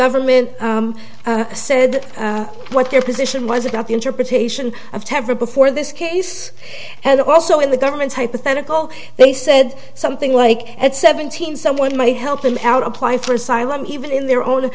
government said what their position was about the interpretation of temper before this case and also in the government's hypothetical they said something like at seventeen someone might help them out apply for asylum even in their own